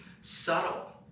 subtle